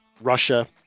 Russia